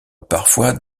parfois